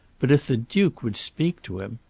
but if the duke would speak to him!